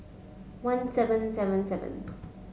one seven seven seven